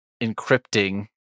encrypting